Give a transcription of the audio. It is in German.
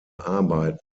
arbeiten